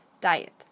diet